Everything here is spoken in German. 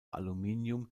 aluminium